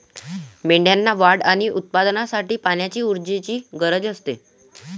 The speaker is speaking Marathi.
मेंढ्यांना वाढ आणि उत्पादनासाठी पाण्याची ऊर्जेची गरज असते